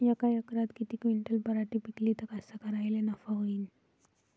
यका एकरात किती क्विंटल पराटी पिकली त कास्तकाराइले नफा होईन?